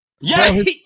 Yes